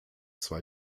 zwei